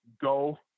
Go